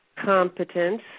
Competence